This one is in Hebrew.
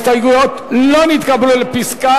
הסתייגות 45 לא נתקבלה.